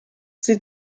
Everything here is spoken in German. sie